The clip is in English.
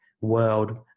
world